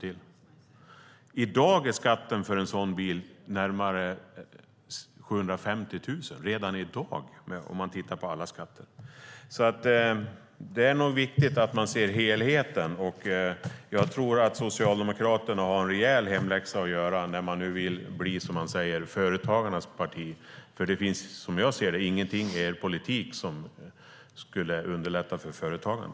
Redan i dag är skatten för en sådan bil omkring 750 000, om vi ser till alla skatter. Därför är det viktigt att se till helheten. Jag tror att Socialdemokraterna har en rejäl hemläxa att göra när de nu vill bli, som de säger, företagarnas parti. Som jag ser det finns det nämligen ingenting i deras politik som skulle underlätta för företagande.